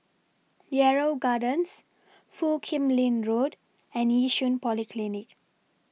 Yarrow Gardens Foo Kim Lin Road and Yishun Polyclinic